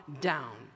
down